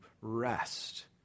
rest